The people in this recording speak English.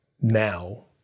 now